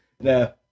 No